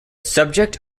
subject